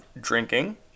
drinking